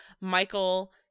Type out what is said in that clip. Michael